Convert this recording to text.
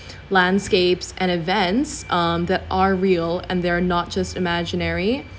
landscapes and events um that are real and they are not just imaginary